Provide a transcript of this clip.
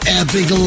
epic